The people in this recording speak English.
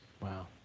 Wow